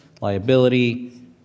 liability